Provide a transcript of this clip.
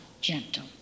gentle